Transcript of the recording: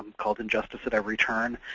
called injustice at every turn,